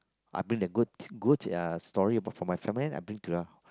I bring the good good uh story about from my family and I bring to the